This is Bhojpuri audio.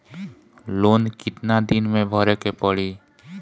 लोन कितना दिन मे भरे के पड़ी?